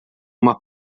uma